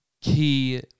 key